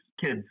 kids